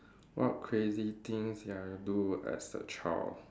what crazy things that I do as a child